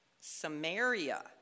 Samaria